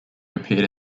appeared